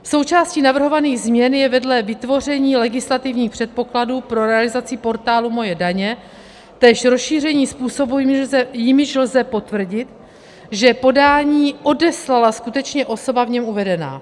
Součástí navrhovaných změn je vedle vytvoření legislativních předpokladů pro realizaci portálu MOJE daně též rozšíření způsobů, jimiž lze potvrdit, že podání odeslala skutečně osoba v něm uvedená.